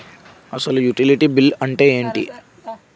అసలు utility bill అంతే ఎంటి?